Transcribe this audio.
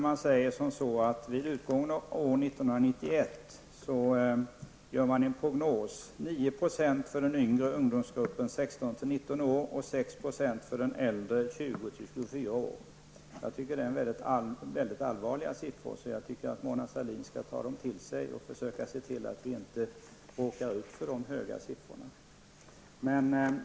Man säger där att vid utgången av år 1991 är prognosen 9 % för den yngre åldersgruppen 16--19 år och 6 % för den äldre åldersgruppen 20--24 år. Jag tycker att det är mycket allvarliga siffror, och därför borde Mona Sahlin ta dem till sig och försöka se till att vi inte råkar ut för de höga siffrorna.